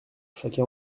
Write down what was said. chacun